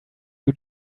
you